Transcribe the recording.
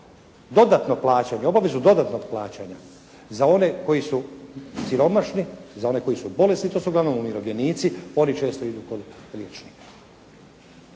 dodatno plaćanje, obavezu dodatnog plaćanja za one koji su siromašni, za one koji su bolesni, to su uglavnom umirovljenici, oni često idu kod liječnika.